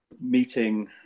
Meeting